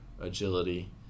agility